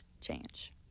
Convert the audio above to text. change